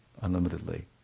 unlimitedly